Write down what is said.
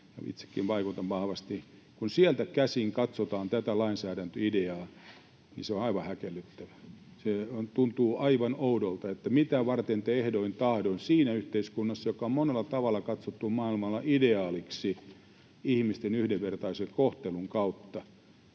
itsekin vaikutan vahvasti, katsotaan tätä lainsäädäntöideaa, niin se on aivan häkellyttävä. Tuntuu aivan oudolta, että mitä varten te ehdoin tahdoin siinä yhteiskunnassa, joka on monella tavalla katsottu maailmalla ideaaliksi ihmisten yhdenvertaisen kohtelun kautta,